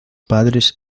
padres